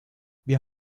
wir